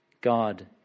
God